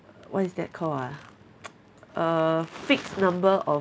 what is that called ah a fixed number of